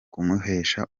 kumuhesha